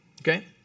Okay